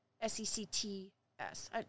S-E-C-T-S